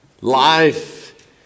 life